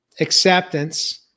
acceptance